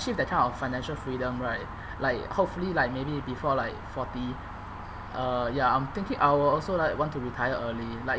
achieve that kind of financial freedom right like hopefully like maybe before like forty uh ya I'm thinking I will also like want to retire early like